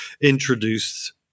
introduced